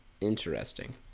Interesting